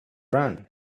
run